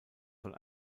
soll